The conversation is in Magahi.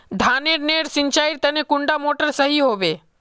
धानेर नेर सिंचाईर तने कुंडा मोटर सही होबे?